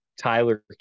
Tyler